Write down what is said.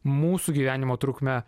mūsų gyvenimo trukmę